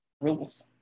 rules